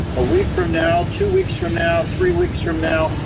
a week from now, two weeks from now, three weeks from now,